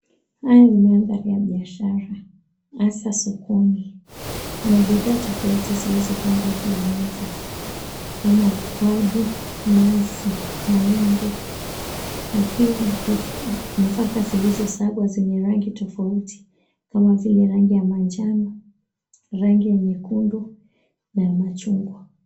Haya ni mandhari ya biashara hasa sokoni, mabidhaa tofauti zilizopangwa juu ya meza kama ukwaju, nazi, maembe, na pia nafaka zilizosagwa kwenye rangi tofauti kama vile rangi ya manjano, rangi ya nyekundu na ya machungwa.